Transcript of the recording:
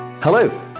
Hello